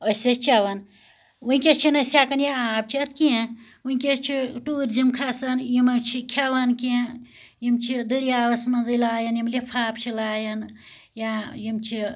أسۍ ٲسۍ چَوان وٕنکیٚس چہِ نہٕ أسۍ ہیٚکان یہِ آب چیٚتھ کینٛہہ وٕنکیٚس چہِ ٹورِزِم کھَسان یِمَے چھِ کھیٚوان کینٛہہ یم چھِ دری آو سے مَنٛز لایان یم لِفاف لاین یا یم چھِ